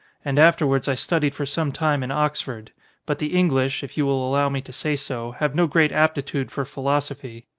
and afterwards i studied for some time in oxford. but the english, if you will allow me to say so, have no great aptitude for philosophy.